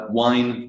wine